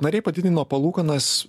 nariai padidino palūkanas